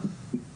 משפט אחרון.